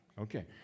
Okay